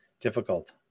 difficult